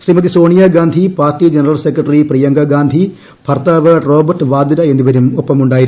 ശ്രീമതി സോണിയാ ഗാന്ധി പിങ്ർട്ടി general secretary Priyanka Gandhi ഭർത്താവ് Robert Vadra എന്നിവരും ഒപ്പമുണ്ടായിരുന്നു